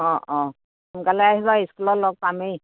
অঁ অঁ সোনকালে আহিবা স্কুলত লগ পামেই